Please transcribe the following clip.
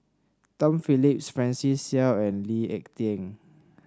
Tom Phillips Francis Seow and Lee Ek Tieng